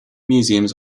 museums